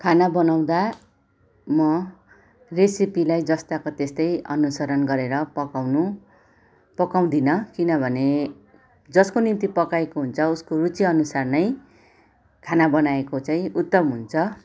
खाना बनाउँदा म रेसेपीलाई जस्ताको तेस्तै अनुशरण गरेर पकाउनु पकाउँदिनँ किनभने जसको निम्ति पकाएको हुन्छ उसको रुचिअनुसार नै खाना बनाएको चाहिँ उत्तम हुन्छ